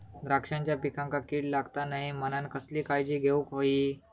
द्राक्षांच्या पिकांक कीड लागता नये म्हणान कसली काळजी घेऊक होई?